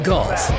Golf